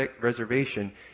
reservation